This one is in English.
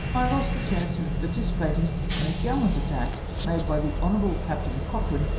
i lost the chance of participating in a gallant attack made by the hon. captain cochrane,